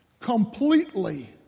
completely